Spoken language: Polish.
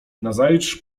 nazajutrz